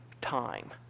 time